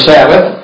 Sabbath